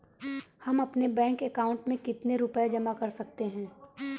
हम अपने bank account में कितने रुपये जमा कर सकते हैं?